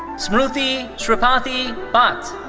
smruthi sripathi bhat.